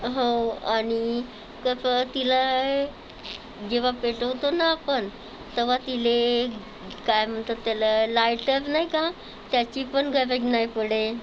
हो आणि कसं तिला जेव्हा पेटवतो ना आपण तेव्हा तिला काय म्हणतात त्याला लायटर नाही का त्याची पण गरज नाही पडेल